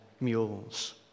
mules